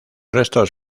restos